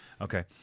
Okay